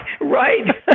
right